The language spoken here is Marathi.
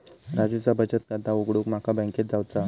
राजूचा बचत खाता उघडूक माका बँकेत जावचा हा